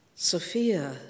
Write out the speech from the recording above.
Sophia